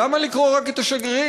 למה לקרוא רק את השגרירים?